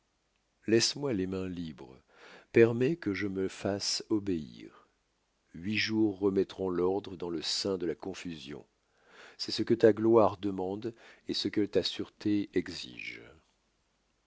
laisse-moi les mains libres permets que je me fasse obéir huit jours remettront l'ordre dans le sein de la confusion c'est ce que ta gloire demande et que ta sûreté exige